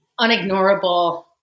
unignorable